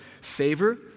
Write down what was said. favor